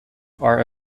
are